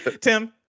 tim